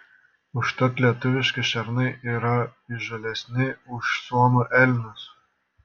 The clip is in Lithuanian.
užtat lietuviški šernai yra įžūlesni už suomių elnius